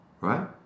Right